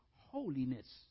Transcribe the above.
Holiness